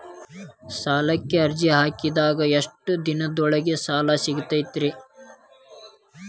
ಸಾಲಕ್ಕ ಅರ್ಜಿ ಹಾಕಿದ್ ಎಷ್ಟ ದಿನದೊಳಗ ಸಾಲ ಸಿಗತೈತ್ರಿ?